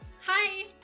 Hi